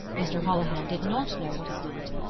mr. holohan did not know what it meant.